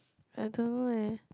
I don't know leh